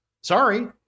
Sorry